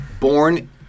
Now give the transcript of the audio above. born